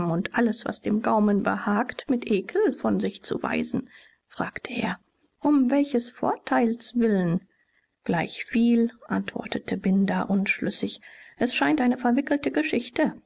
und alles was dem gaumen behagt mit ekel von sich weisen fragte er um welches vorteils willen gleichviel antwortete binder unschlüssig es scheint eine verwickelte geschichte